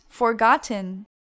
Forgotten